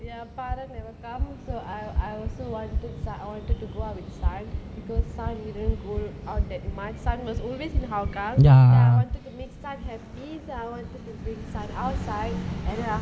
ya farah never come I'll I'll also wanted to go out with sun because sun didn't go out that much sun was always in hougang so I wanted to make sun happy so I wanted to bring sun outside and then after